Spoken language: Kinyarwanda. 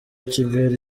kigali